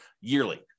yearly